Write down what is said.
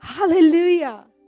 Hallelujah